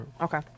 Okay